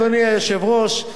אדוני היושב-ראש,